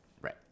Right